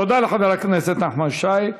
תודה לחבר הכנסת נחמן שי.